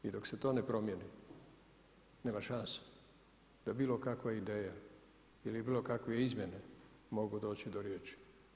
I dok se to ne promjeni nema šanse da bilo kakva ideja ili bilo kakve izmjene mogu doći do riječi.